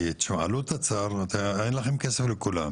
כי עלות תצ"ר אין לכם כסף לכולם.